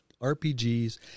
RPGs